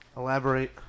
elaborate